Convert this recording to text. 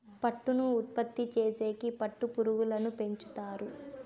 పట్టును ఉత్పత్తి చేసేకి పట్టు పురుగులను పెంచుతారు